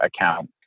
account